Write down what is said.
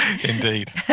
Indeed